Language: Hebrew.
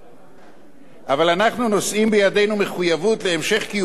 אבל אנחנו נושאים בידינו מחויבות להמשך קיומה ותפקודה של המדינה.